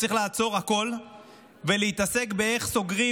הוא צריך לעצור הכול ולהתעסק באיך סוגרים